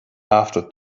after